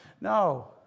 No